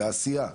לעשייה.